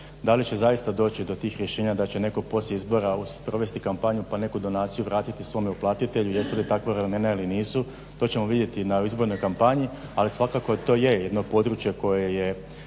Da li će zaista doći do tih rješenja da će netko poslije izbora provesti kampanju pa neku donaciju vratiti svome uplatitelju i jesu li takva vremena ili nisu to ćemo vidjeti na izbornoj kampanji. Ali svakako to je jedno područje koje je